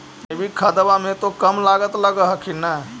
जैकिक खदबा मे तो कम लागत लग हखिन न?